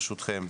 ברשותכם,